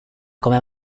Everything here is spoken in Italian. come